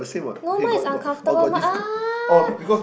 no mine is uncomfortable my ah